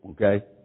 okay